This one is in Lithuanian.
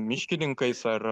miškininkais ar